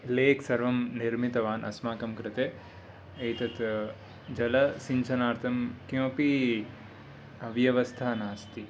lake सर्वं निर्मितवान् अस्माकं कृते एतद् जलसिञ्चनार्थं किमपि अव्यवस्था नास्ति